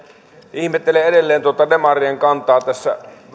ihmettelen edelleen tuota demarien kantaa tässä